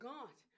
God